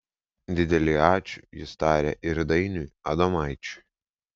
didelį ačiū jis taria ir dainiui adomaičiui